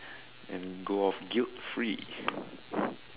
and go off guilt free